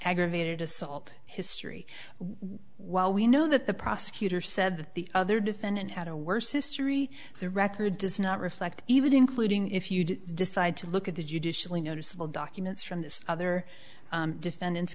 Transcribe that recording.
aggravated assault history while we know that the prosecutor said that the other defendant had a worse history the record does not reflect even including if you did decide to look at the judicially noticeable documents from this other defendants